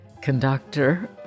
conductor